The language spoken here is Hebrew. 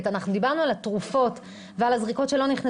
פרופ' נחמן